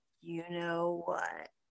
you-know-what